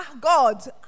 God